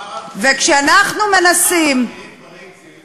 וכשאנחנו מנסים, תגידו, שכר הבכירים,